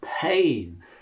pain